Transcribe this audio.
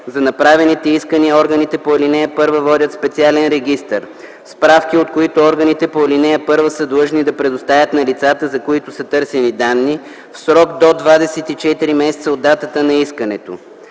За направените искания органите по ал. 1 водят специален регистър, справки от който органите по ал. 1 са длъжни да предоставят на лицата, за които са търсени данни, в срок до 24 месеца от датата на искането.